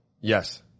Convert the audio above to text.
Yes